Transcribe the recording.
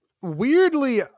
Weirdly